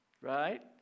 right